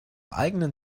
eigenen